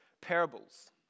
parables